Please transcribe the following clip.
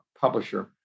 publisher